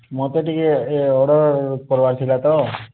ମୋତେ ଟିକେ ଅର୍ଡର୍ କରିବାର ଥିଲା ତ